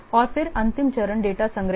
और फिर अंतिम चरण डेटा संग्रह है